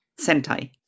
Sentai